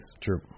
True